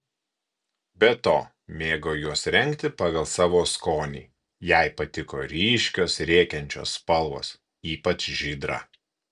be to mėgo juos rengti pagal savo skonį jai patiko ryškios rėkiančios spalvos ypač žydra